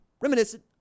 reminiscent